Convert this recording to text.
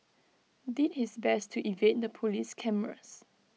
did his best to evade the Police cameras